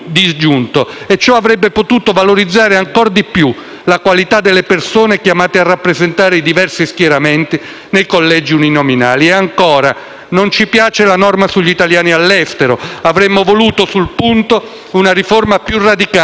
la qualità delle persone chiamate a rappresentare i diversi schieramenti nei collegi uninominali. Ancora, non ci piace la norma sugli italiani all'estero. Avremmo voluto, sul punto, una riforma più radicale che rilanciasse il significato di quella rappresentanza.